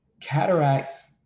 cataracts